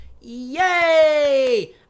Yay